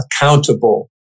accountable